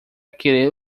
querer